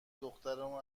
دخترمون